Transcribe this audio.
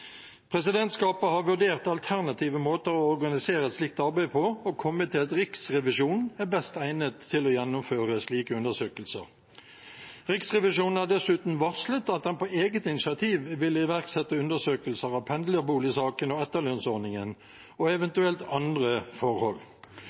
Presidentskapet har vurdert alternative måter å organisere et slikt arbeid på og kommet til at Riksrevisjonen er best egnet til å gjennomføre slike undersøkelser. Riksrevisjonen har dessuten varslet at den på eget initiativ vil iverksette undersøkelser av pendlerboligsaken, etterlønnsordningen og